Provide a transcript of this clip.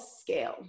scale